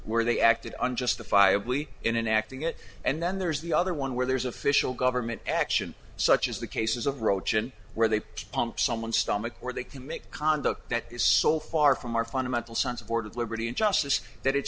where they acted on justifiably in an acting it and then there's the other one where there's official government action such as the cases approach and where they pump someone stomach where they can make conduct that is so far from our fundamental sense of ordered liberty and justice that it